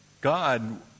God